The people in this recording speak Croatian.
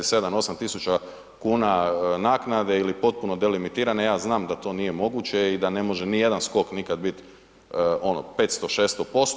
7, 8 tisuća kuna naknade ili potpuno delimitirane, ja znam da to nije moguće i da ne može nijedan skok nikad bit ono, 500, 600%